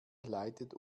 leidet